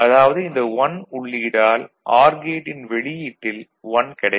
அதாவது இந்த 1 உள்ளீடால் ஆர் கேட்டின் வெளியீட்டில் 1 கிடைக்கும்